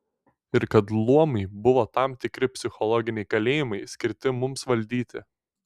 ir kad luomai buvo tam tikri psichologiniai kalėjimai skirti mums valdyti